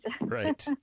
right